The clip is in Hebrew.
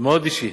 מאוד אישי.